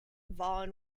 vaughan